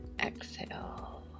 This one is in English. exhale